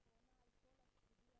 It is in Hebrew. ואין נמנעים.